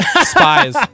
spies